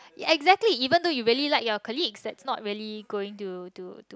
exactly even though you really like your colleague that's not really going to to to